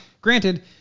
granted